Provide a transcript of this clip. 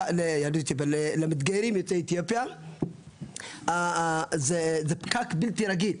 למתגיירים יוצאי אתיופיה, זה פקק בלתי רגיל.